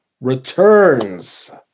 returns